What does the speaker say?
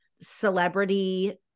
celebrity